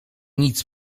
nic